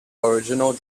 original